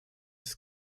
ist